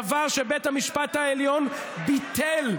דבר שבית המשפט העליון ביטל,